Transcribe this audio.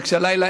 וכשהלילה,